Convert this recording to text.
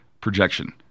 projection